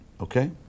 Okay